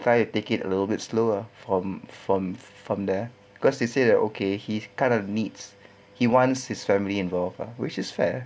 try to take it a little bit slow ah from from from there cause they say they're okay he kind of needs he wants his family involved ah which is fair